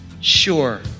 sure